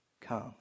Come